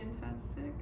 fantastic